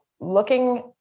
looking